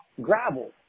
gravel